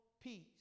peace